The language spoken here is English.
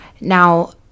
now